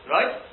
Right